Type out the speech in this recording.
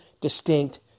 distinct